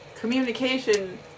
Communication